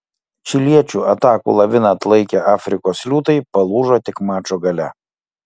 čiliečių atakų laviną atlaikę afrikos liūtai palūžo tik mačo gale